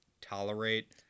tolerate